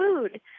food